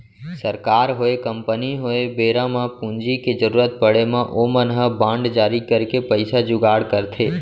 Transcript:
सरकार होय, कंपनी होय बेरा म पूंजी के जरुरत पड़े म ओमन ह बांड जारी करके पइसा जुगाड़ करथे